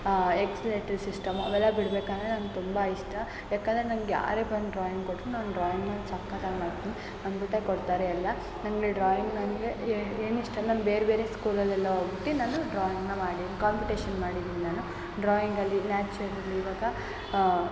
explanatory system ಅವೆಲ್ಲ ಬಿಡಬೇಕಂದ್ರೆ ನಂಗೆ ತುಂಬ ಇಷ್ಟ ಯಾಕಂದರೆ ನಂಗೆ ಯಾರೇ ಬಂದು ಡ್ರಾಯಿಂಗ್ ಕೊಟ್ಟರೂ ನಾನು ಡ್ರಾಯಿಂಗನ್ನ ಸಕತ್ತಾಗಿ ಮಾಡ್ತೀನಿ ಅಂದ್ಬಿಟ್ಟೆ ಕೊಡ್ತಾರೆ ಎಲ್ಲ ನನಗೆ ಡ್ರಾಯಿಂಗ್ ಅಂದರೆ ಏನಿಷ್ಟ ನಾನು ಬೇರೆಬೇರೆ ಸ್ಕೂಲಲ್ಲೆಲ್ಲ ಹೋಗ್ಬಿಟ್ಟು ನಾನು ಡ್ರಾಯಿಂಗನ್ನ ಮಾಡೀನಿ ಕಾಂಪಿಟೇಷನ್ ಮಾಡಿದೀನ್ ನಾನು ಡ್ರಾಯಿಂಗಲ್ಲಿ ನ್ಯಾಚುರಲ್ ಇವಾಗ